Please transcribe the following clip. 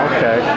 Okay